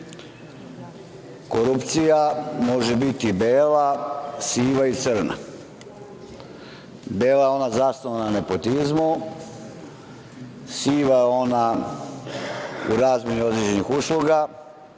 Korupcija može biti bela, siva i crna. Bela je ona zasnovana na nepotizmu, siva je ona u razmeni određenih usluga